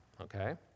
okay